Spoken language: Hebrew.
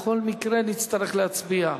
בכל מקרה נצטרך להצביע.